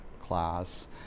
class